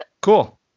Cool